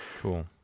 Cool